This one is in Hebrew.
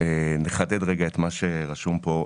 נחדד רגע את מה שרשום פה.